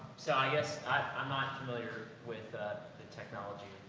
so, yes, i, i'm not familiar with, ah, the technology,